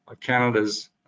Canada's